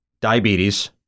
diabetes